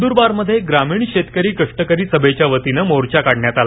नंद्रबारमध्ये ग्रामीण शेतकरी कष्टकरी सभेच्या वतीने मोर्चा काढण्यात आला